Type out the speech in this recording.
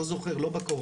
אני לא זוכר לא בקורונה,